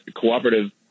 cooperative